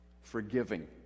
forgiving